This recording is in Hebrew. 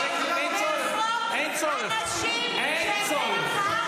ניסים ואטורי --- מי אתה שתרצה להוציא מהחוק אנשים שהם מלח הארץ?